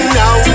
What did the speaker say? now